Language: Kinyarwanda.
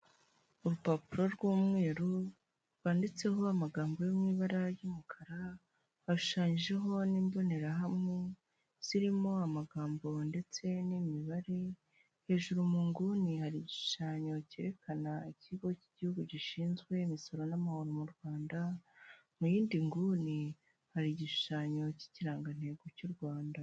Urupapuro rw'umweru rwanditseho amagambo yo mw’ibara ry'umukara, hashushanyijeho n'imbonerahamwe zirimo amagambo ndetse n'imibare. Hejuru mu nguni har’igishushanyo cyerekana ikigo cy’igihugu gishinzwe imisoro n'amahoro mu Rwanda, mu y’indi nguni har’igishushanyo cy'ikirangantego cy'U Rwanda.